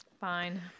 Fine